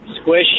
Squish